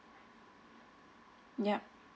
yup